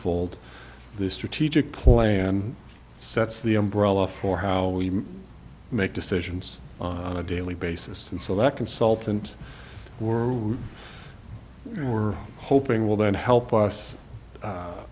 fold the strategic play and sets the umbrella for how we make decisions on a daily basis and so that consultant we're hoping will then help us